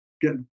get